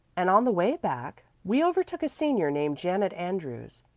and on the way back we overtook a senior named janet andrews.